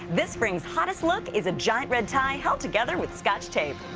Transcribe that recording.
this spling's hottest look is a giant red tie held together with scotch tape.